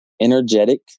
Energetic